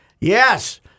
Yes